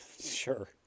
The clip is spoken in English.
Sure